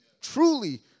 Truly